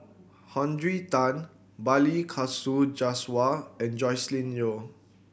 Henry Tan Balli Kaur Jaswal and Joscelin Yeo